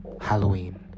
Halloween